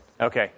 Okay